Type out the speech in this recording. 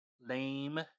lame